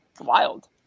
wild